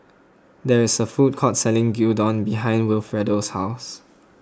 there is a food court selling Gyudon behind Wilfredo's house